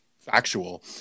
factual